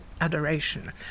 adoration